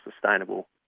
sustainable